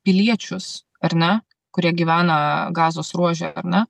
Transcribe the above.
piliečius ar ne kurie gyvena gazos ruože ar ne